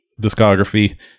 discography